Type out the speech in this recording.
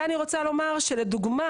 בגרמניה, לדוגמה